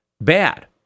bad